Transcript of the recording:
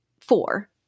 four